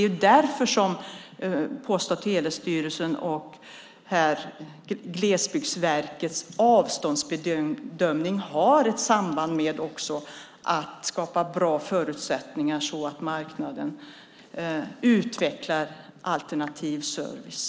Post och telestyrelsens och Glesbygdsverkets avståndsbedömning handlar om att skapa bra förutsättningar så att marknaden utvecklar alternativ till service.